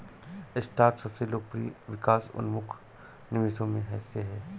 stock सबसे लोकप्रिय विकास उन्मुख निवेशों में से है